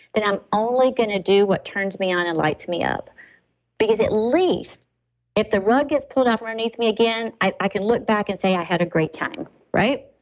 then i'm only going to do what turns me on and lights me, up because at least if the rug gets pulled out from underneath me again, i i could look back and say i had a great time